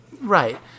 Right